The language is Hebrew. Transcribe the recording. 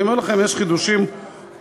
אני אומר לכם, יש חידושים מעניינים.